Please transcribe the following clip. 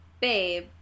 babe